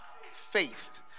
faith